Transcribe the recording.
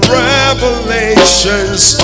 revelations